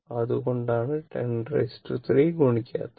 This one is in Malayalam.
അതുകൊണ്ടാണ് 10 3 ഗുണിക്കാത്തത്